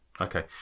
Okay